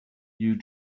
you